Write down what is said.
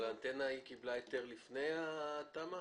האנטנה קיבלה היתר לפני התמ"א?